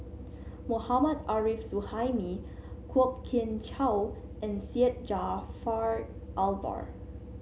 Mohammad Arif Suhaimi Kwok Kian Chow and Syed Jaafar Albar